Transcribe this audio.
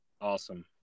Awesome